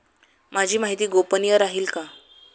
माझी माहिती गोपनीय राहील का?